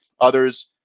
Others